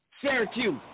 Syracuse